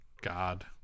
God